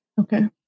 Okay